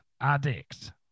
Addict